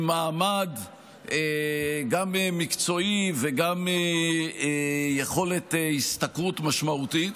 עם מעמד גם מקצועי וגם יכולת השתכרות משמעותית,